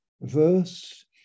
verse